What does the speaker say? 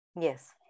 yes